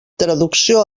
traducció